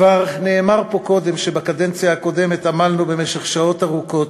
כבר נאמר פה קודם שבקדנציה הקודמת עמלנו במשך שעות ארוכות,